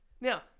Now